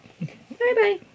Bye-bye